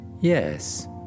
Yes